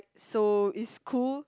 so is cool